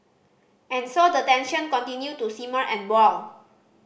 and so the tension continue to simmer and boil